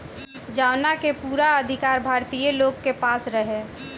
जवना के पूरा अधिकार भारतीय लोग के पास रहे